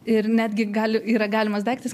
ir netgi gali yra galimas daiktas